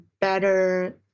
better